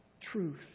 Truth